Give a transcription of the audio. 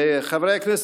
חברי הכנסת,